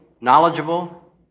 knowledgeable